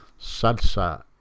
Salsa